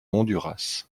honduras